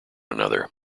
another